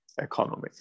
economy